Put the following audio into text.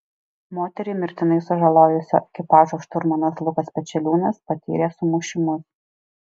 moterį mirtinai sužalojusio ekipažo šturmanas lukas pečeliūnas patyrė sumušimus